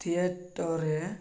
ଥିଏଟରେ